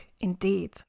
indeed